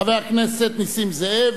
חבר הכנסת נסים זאב.